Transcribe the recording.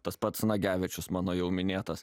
tas pats nagevičius mano jau minėtas